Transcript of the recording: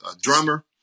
drummer